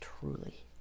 truly